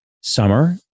summer